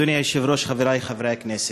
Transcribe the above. אדוני היושב-ראש, חברי חברי הכנסת,